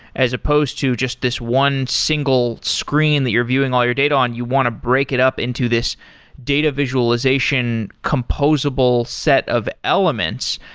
as opposed to just this one single screen that you're viewing all your data on, you want to break it up into this data visualization composable set of elements.